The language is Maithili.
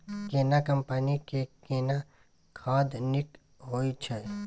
केना कंपनी के केना खाद नीक होय छै?